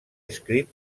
escrit